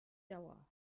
dauer